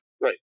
Right